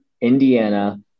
Indiana